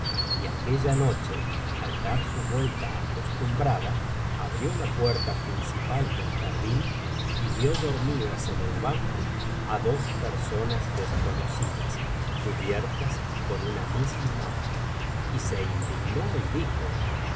y aquella noche al dar su vuelta acostumbrada abrió la puerta principal del jardín y vio dormidas en el banco á dos personas desconocidas cubiertas con una misma manta y se indignó y dijo